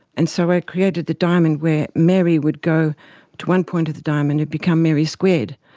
and so i created the diamond where mary would go to one point of the diamond and become mary squared,